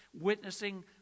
witnessing